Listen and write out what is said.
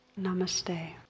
Namaste